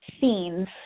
themes